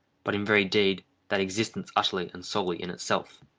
but in very deed that existence utterly and solely in itself.